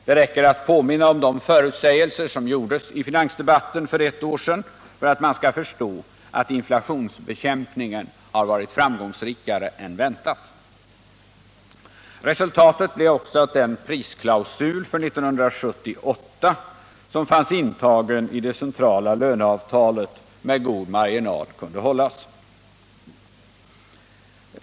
Det räcker att påminna om de förutsägelser som gjordes i finansdebatten för ett år sedan för att förstå att inflationsbekämpningen har varit framgångsrikare än väntat. Resultatet blev också att den prisklausul för 1978 som fanns intagen i det centrala löneavtalet med god marginal kunde hållas.